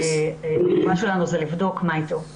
המגמה שלנו היא לבדוק מה איתו.